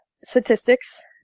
statistics